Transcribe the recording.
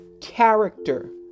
character